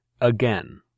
Again